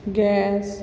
gas